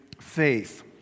faith